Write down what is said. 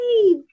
hey